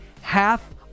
half